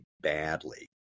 badly